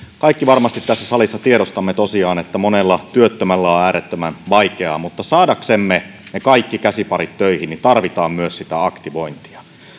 kaikki varmasti tässä salissa tiedostamme tosiaan että monella työttömällä on on äärettömän vaikeaa mutta saadaksemme ne kaikki käsiparit töihin tarvitaan myös sitä aktivointia